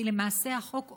כי למעשה החוק אוסר,